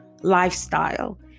lifestyle